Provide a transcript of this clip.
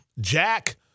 Jack